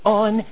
on